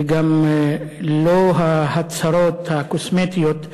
וגם לא ההצהרות הקוסמטיות,